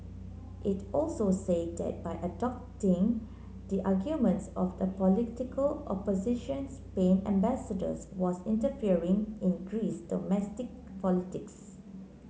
it also said that by adopting the arguments of the political opposition Spain ambassadors was interfering in Greece's domestic politics